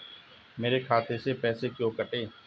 मेरे खाते से पैसे क्यों कटे?